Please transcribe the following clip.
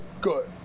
good